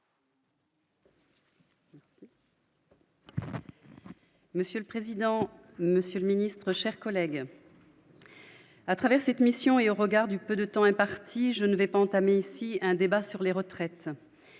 Monsieur le président, monsieur le ministre, chers collègues. à travers cette mission et au regard du peu de temps imparti, je ne vais pas entamer ici un débat sur les retraites,